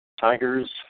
Tigers